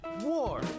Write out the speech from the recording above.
war